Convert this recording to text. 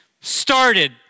started